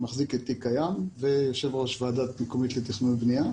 אני מחזיק את תיק הים ויושב ראש ועדה מקומית לתכנון ובנייה.